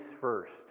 first